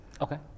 Okay